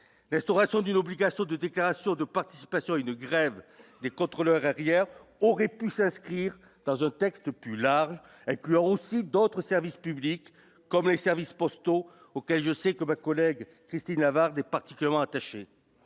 restauration d'une obligation de déclaration de participation à une grève des contrôleurs arrière aurait pu s'inscrire dans ce texte plus large incluant aussi d'autres services publics comme les services postaux auquel je sais que ma collègue Christine Avart des particulièrement attachés,